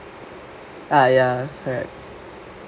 uh ya correct